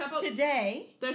today